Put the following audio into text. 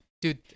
Dude